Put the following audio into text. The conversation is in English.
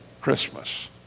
Christmas